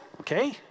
okay